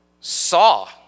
saw